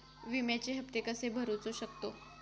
विम्याचे हप्ते कसे भरूचो शकतो?